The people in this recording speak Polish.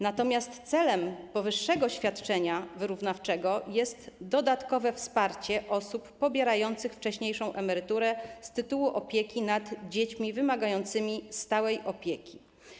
Natomiast celem powyższego świadczenia wyrównawczego jest dodatkowe wsparcie osób pobierających wcześniejszą emeryturę z tytułu opieki nad dziećmi wymagającymi stałej opieki.